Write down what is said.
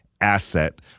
asset